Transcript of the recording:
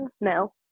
no